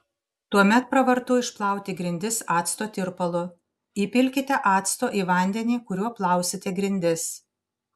tuomet pravartu išplauti grindis acto tirpalu įpilkite acto į vandenį kuriuo plausite grindis